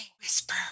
Whisper